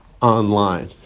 online